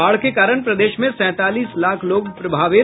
बाढ़ के कारण प्रदेश में सैंतालीस लाख लोग प्रभावित